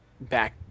back